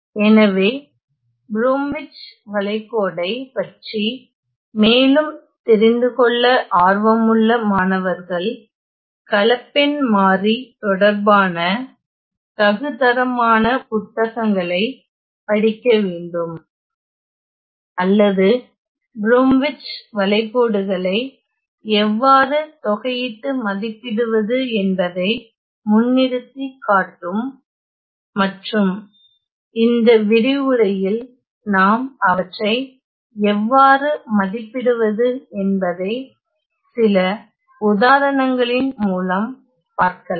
எனவே ப்ரோம்விச் வளைகோடை பற்றி மேலும் தெரிந்து கொள்ள ஆர்வமுள்ள மாணவர்கள் கலப்பெண் மாறி தொடர்பான தகுதரமான புத்தகங்களை படிக்க வேண்டும் அவை ப்ரோம்விச்வளைகோடுகளை எவ்வாறு தொகையிட்டு மதிப்பிடுவது என்பதை முன்னிறுத்திக் காட்டும் மற்றும் இந்த விரிவுரையில் நாம் அவற்றை எவ்வாறு மதிப்பிடுவது என்பதை சில உதாரணங்களின் மூலம் பார்க்கலாம்